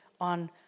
on